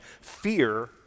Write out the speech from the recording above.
fear